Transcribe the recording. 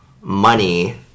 money